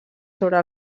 sobre